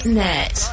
net